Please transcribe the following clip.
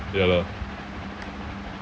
ya lah